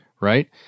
right